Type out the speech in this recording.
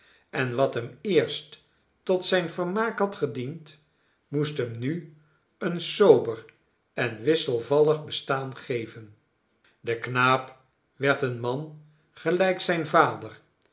en wat hem eerst tot zijn vermaak had gediend moest hem nu een sober en wisselvallig bestaan geven de knaap werd een man gelijk zijn vader